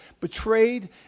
betrayed